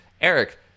eric